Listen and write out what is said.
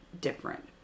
different